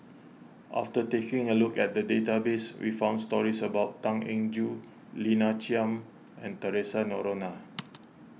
after taking a look at the database we found stories about Tan Eng Joo Lina Chiam and theresa Noronha